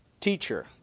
teacher